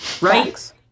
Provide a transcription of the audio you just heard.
right